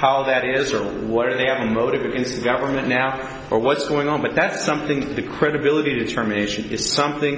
how that is or what they have a motive against government now or what's going on but that's something the credibility determination is something